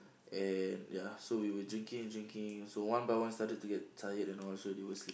and ya so we were drinking and drinking so one by one started to get tired and also they were sleep